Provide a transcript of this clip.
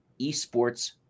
esports